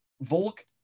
Volk